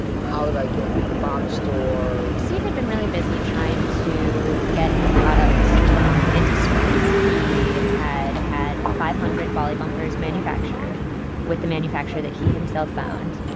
how did i get into the box stores? steve had been really busy trying to get his product um into stores. he had had five hundred ballie bumpers manufactured with the manufacturer that he himself found.